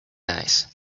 nice